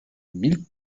mille